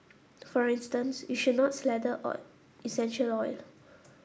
for instance you should not slather on essential oil